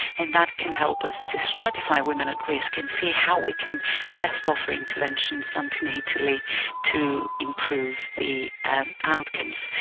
and that can help us to stratify women at risk and see how we can best offer intervention antenatally to improve the and outcomes.